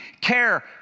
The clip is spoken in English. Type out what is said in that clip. care